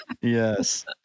Yes